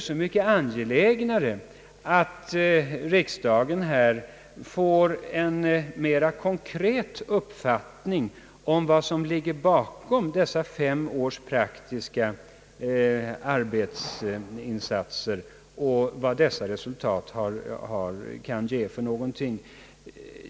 Så mycket angelägnare är det därför att riksdagen får en mera konkret uppfattning om dessa fem års praktiska arbetsinsatser och kan bilda sig en uppfattning om problemen.